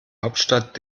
hauptstadt